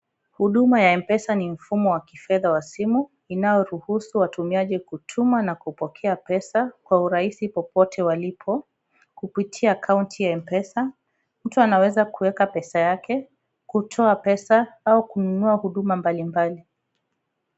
Huduma ya Mpesa ni mfumo wa kifedha wa simu, inayoruhusu watumaji kutuma na kupokea pesa kwa urahisi popote walipo kupitia akaunti Mpesa, mtu anaweza kuweka pesa yake kutoa pesa au kununua huduma mbalimbali.